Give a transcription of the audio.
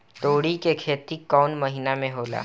तोड़ी के खेती कउन महीना में होला?